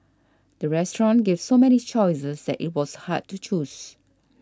the restaurant gave so many choices that it was hard to choose